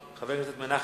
חבר הכנסת חמד עמאר.